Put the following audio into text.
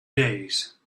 days